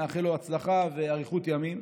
נאחל לו הצלחה ואריכות ימים,